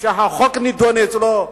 שהחוק נדון אצלו,